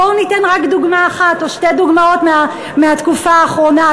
בואו ניתן רק דוגמה אחת או שתי דוגמאות מהתקופה האחרונה,